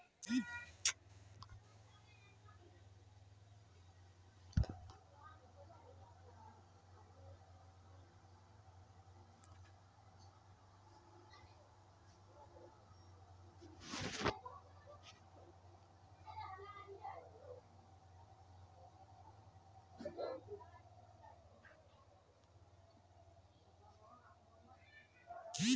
रोहित अपनार बापक बैंकिंग सेवात निवेशेर त न तैयार कर ले